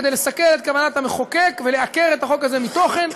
כדי לסכל את כוונת החוק ולעקר את החוק הזה מתוכן,